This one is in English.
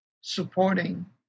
supporting